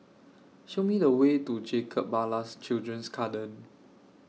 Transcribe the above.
Show Me The Way to Jacob Ballas Children's Garden